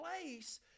place